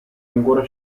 ancora